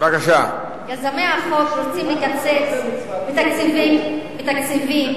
בתקציבים